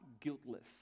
Guiltless